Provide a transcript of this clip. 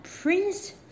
Prince